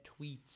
tweets